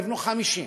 יבנו 50,000,